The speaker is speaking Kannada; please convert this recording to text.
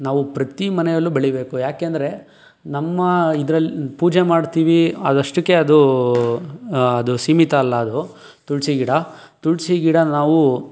ನಾವು ಪ್ರತಿ ಮನೆಯಲ್ಲೂ ಬೆಳೀಬೇಕು ಯಾಕೆಂದರೆ ನಮ್ಮ ಇದ್ರಲ್ಲಿ ಪೂಜೆ ಮಾಡ್ತೀವಿ ಅದಷ್ಟಕ್ಕೇ ಅದು ಅದು ಸೀಮಿತ ಅಲ್ಲ ಅದು ತುಳಸಿ ಗಿಡ ತುಳಸಿ ಗಿಡ ನಾವು